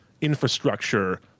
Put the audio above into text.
infrastructure